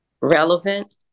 relevant